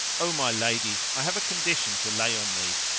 o my lady, i have a condition to lay on thee.